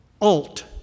Alt